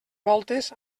voltes